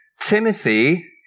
Timothy